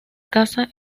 casa